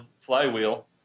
Flywheel